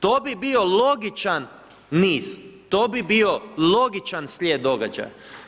To bi bio logičan niz, to bi bio logičan slijed događaja.